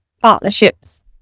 partnerships